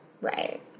Right